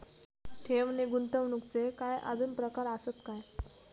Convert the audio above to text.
ठेव नी गुंतवणूकचे काय आजुन प्रकार आसत काय?